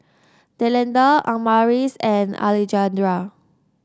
Delinda Amaris and Alejandra